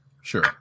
Sure